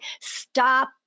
stop